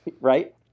right